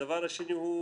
דבר שני,